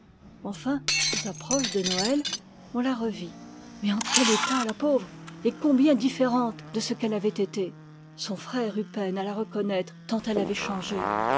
enfin aux approches de noël on la revit mais en quel état la pauvre et combien différente de ce qu'elle avait été son frère eut peine à la reconnaître tant elle avait changé